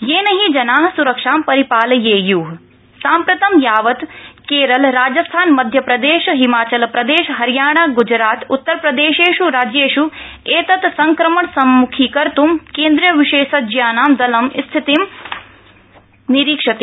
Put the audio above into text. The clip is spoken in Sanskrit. येन हि जना सुरक्षा परिपालयेय् साम्प्रतं यावत् केरल राजस्थान मध्यप्रदेश हिमाचल प्रदेश हरियाणा ग्जरात उत्तरप्रदेशेष् राज्येष् एतत् संक्रमण सम्मुखीकर्त् केन्द्रीय विशेषज्ञानां दलं स्थिति निरीक्षते